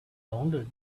rounded